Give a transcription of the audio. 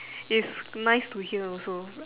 it's nice to hear also uh